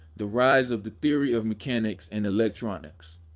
the rise of the theory of mechanics and electronics,